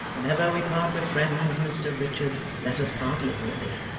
whenever we part with friends, mr richard, let us part liberally.